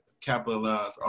capitalize